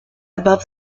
above